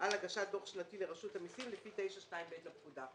על הגשת דוח שנתי לרשות המסים לפי 9(2)(ב) לפקודה.